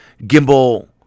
gimbal